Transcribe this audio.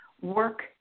work